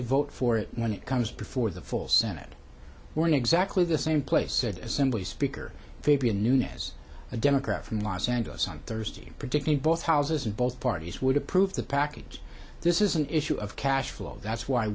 to vote for it when it comes before the full senate were in exactly the same place said as simply speaker fabian nunez a democrat from los angeles on thursday predicting both houses and both parties would approve the package this is an issue of cash flow that's why